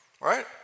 Right